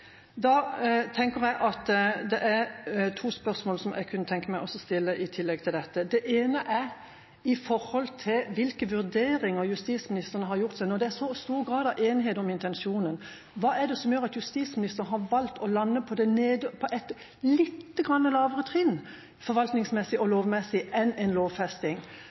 ene er hvilke vurderinger justisministeren har gjort seg når det er så stor grad av enighet om intensjonen. Hva er det som gjør at justisministeren har valgt å lande på et litt lavere trinn forvaltningsmessig og lovmessig enn en lovfesting?